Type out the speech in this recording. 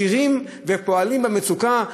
מכירים ופועלים במצוקה,